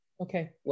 Okay